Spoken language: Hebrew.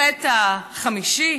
החטא החמישי,